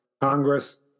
Congress